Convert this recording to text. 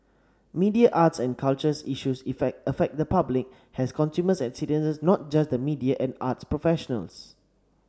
media arts and cultures issues effect affect the public as consumers and citizens not just the media and arts professionals